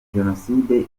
jenoside